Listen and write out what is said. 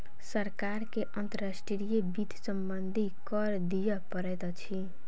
सरकार के अंतर्राष्ट्रीय वित्त सम्बन्धी कर दिअ पड़ैत अछि